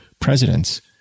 presidents